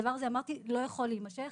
אמרתי שהדבר הזה לא יכול להימשך,